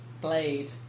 Blade